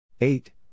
eight